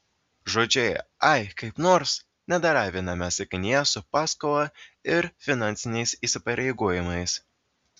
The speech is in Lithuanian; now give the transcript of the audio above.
žodžiai ai kaip nors nedera viename sakinyje su paskola ir finansiniais įsipareigojimais